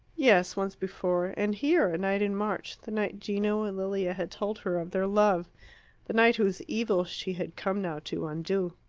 yes, once before, and here, a night in march, the night gino and lilia had told her of their love the night whose evil she had come now to undo.